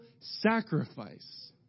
sacrifice